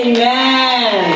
Amen